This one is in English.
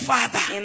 Father